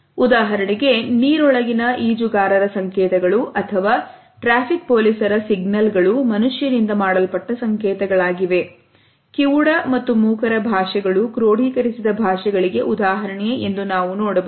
ಉದಾಹರಣೆಗೆ ನೀರೊಳಗಿನ ಈಜುಗಾರರ ಸಂಕೇತಗಳು ಅಥವಾ ಟ್ರಾಫಿಕ್ ಪೊಲೀಸರ ಸಿಗ್ನಲ್ಗಳು ಮನುಷ್ಯನಿಂದ ಮಾಡಲ್ಪಟ್ಟ ಸಂಕೇತಗಳಾಗಿವೆ ಕಿವುಡ ಮತ್ತು ಮೂಕರ ಭಾಷೆಗಳು ಕ್ರೋಡೀಕರಿಸಿದ ಭಾಷೆಗಳಿಗೆ ಉದಾಹರಣೆ ಎಂದು ನಾವು ನೋಡಬಹುದು